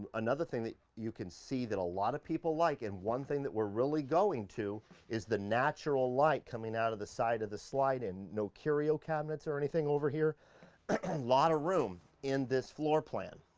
another thing that you can see that a lot of people like and one thing that we're really going to is the natural light coming out of the side of the slide in. no curio cabinets or anything over here. a lot of room in this floor plan.